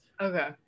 Okay